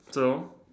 so